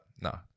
no